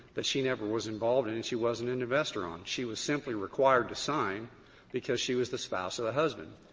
that she never was involved in, and she wasn't an investor on. she was simply required to sign because she was the spouse of the husband.